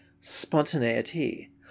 spontaneity